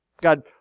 God